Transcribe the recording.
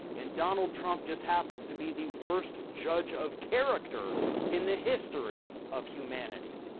and donald trump just happens to be the worst judge of character in the history of humanity.